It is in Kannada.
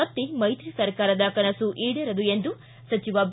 ಮತ್ತೆ ಮೈತ್ರಿ ಸರಕಾರದ ಕನಸು ಈಡೇರದು ಎಂದು ಸಚಿವ ಬಿ